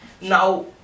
Now